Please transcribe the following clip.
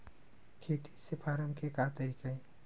खेती से फारम के का तरीका हे?